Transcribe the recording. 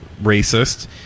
racist